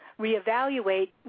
reevaluate